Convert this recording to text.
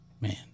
Man